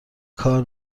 کار